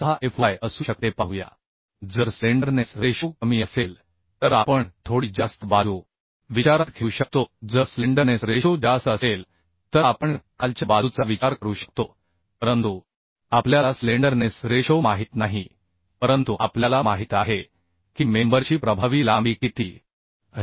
6 Fy असू शकते आता जर स्लेंडरनेस रेशो कमी असेल तर आपण थोडी जास्त बाजू विचारात घेऊ शकतो जर स्लेंडरनेस रेशो जास्त असेल तर आपण खालच्या बाजूचा विचार करू शकतो परंतु आपल्याला स्लेंडरनेस रेशो माहित नाही परंतु आपल्याला माहित आहे की मेंबरची प्रभावी लांबी किती आहे